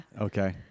Okay